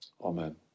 amen